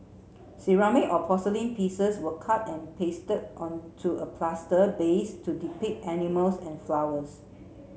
ceramic or porcelain pieces were cut and pasted onto a plaster base to depict animals and flowers